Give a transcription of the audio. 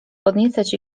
podniecać